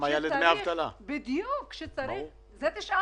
כמה יעלו דמי אבטלה.